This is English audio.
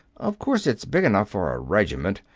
of course it's big enough for a regiment.